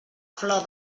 flor